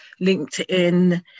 LinkedIn